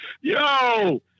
Yo